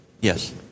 Yes